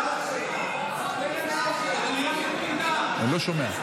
אני לא שומע.